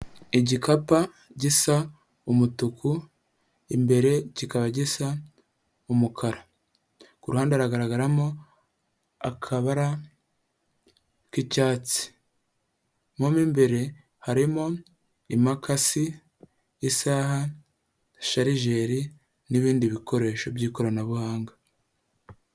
Igikapu gisa umutuku imbere kikaba gisa umukara, ku ruhande haragaragaramo akabara k'icyatsi, mo mu imbere harimo imakasi, isaha, sharijeri n'ibindi bikoresho by'ikoranabuhanga.